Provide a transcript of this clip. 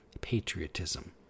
patriotism